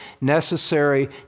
necessary